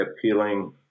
appealing